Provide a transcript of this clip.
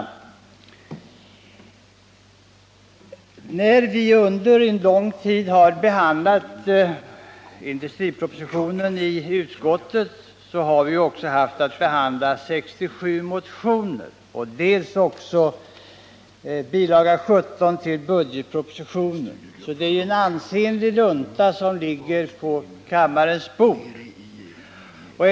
När vi i utskottet under en lång tid har behandlat industripropositionen har vi också haft att ta ställning till dels 67 motioner, dels bilaga 17 till budgetpropositionen. Det är alltså en ansenlig lunta av handlingar som nu behandlas i kammaren.